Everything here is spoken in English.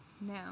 No